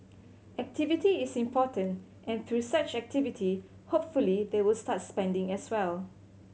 activity is important and through such activity hopefully they will start spending as well